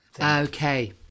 okay